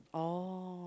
oh